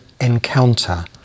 encounter